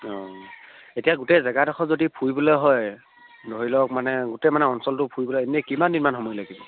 অঁ এতিয়া গোটেই জেগাডোখৰ যদি ফুৰিবলৈ হয় ধৰি লওক মানে গোটেই মানে অঞ্চলটো ফুৰিবলৈ এনেই কিমান দিনমান সময় লাগিব